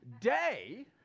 day